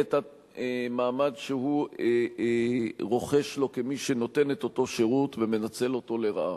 את המעמד שהוא רוכש לו כמי שנותן את אותו שירות ומנצל אותו לרעה.